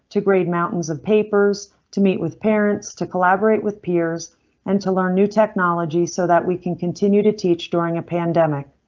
to grade mountains of papers to meet with parents, to collaborate with peers and to learn new technology so that we can continue to teach. during a pandemic.